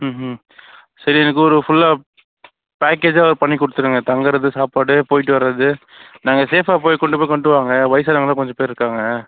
ம்ஹூ சரி எனக்கு ஒரு ஃபுல்லாக பேக்கேஜ்ஜாக பண்ணிக் கொடுத்துடுங்க தங்கறது சாப்பாடு போயிவிட்டு வர்றது நாங்கள் சேஃபா போய் கொண்டு போய் கொண்ட்டு வாங்க வயசானவங்கள்லாம் கொஞ்ச பேர் இருக்காங்க